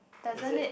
is it